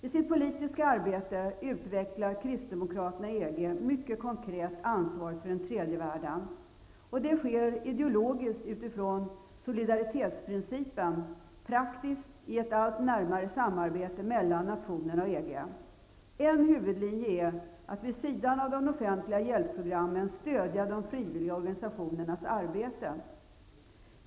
I sitt politiska arbete utvecklar kristdemokraterna i EG mycket konkret ansvaret för tredje världen. Det sker ideologiskt utifrån solidaritetsprincipen, praktiskt i ett allt närmare samarbete mellan nationerna och EG. En huvudlinje är att vid sidan av de offentliga hjälpprogrammen stödja de frivilliga organisationernas arbete.